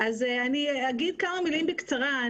אגיד כמה מילים בקצרה.